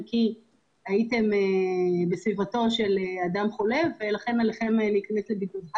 הייתם בסביבתו של אדם חולה ולכן עליכם להיכנס לבידוד.